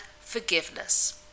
forgiveness